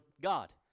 God